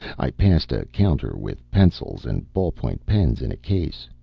i passed a counter with pencils and ball-point pens in a case.